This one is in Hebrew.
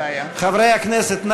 חברי הכנסת,